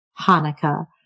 Hanukkah